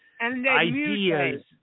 ideas